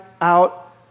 out